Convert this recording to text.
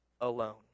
alone